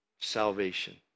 Salvation